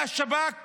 מהשב"כ